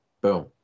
boom